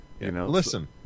Listen